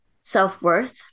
self-worth